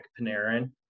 Panarin